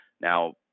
now